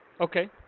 Okay